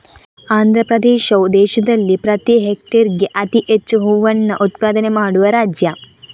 ಆಂಧ್ರಪ್ರದೇಶವು ದೇಶದಲ್ಲಿ ಪ್ರತಿ ಹೆಕ್ಟೇರ್ಗೆ ಅತಿ ಹೆಚ್ಚು ಹೂವನ್ನ ಉತ್ಪಾದನೆ ಮಾಡುವ ರಾಜ್ಯ